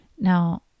Now